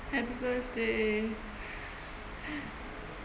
happy birthday